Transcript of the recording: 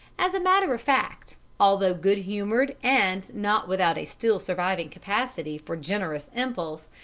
as a matter of fact, although good-humored and not without a still surviving capacity for generous impulse,